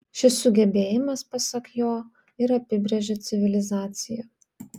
šis sugebėjimas pasak jo ir apibrėžia civilizaciją